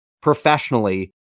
professionally